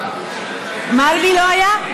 מרגי לא היה?